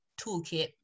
toolkit